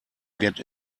get